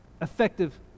effective